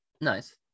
Nice